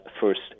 First